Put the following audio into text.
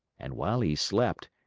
and while he slept,